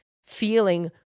feeling